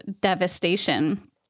devastation